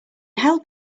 help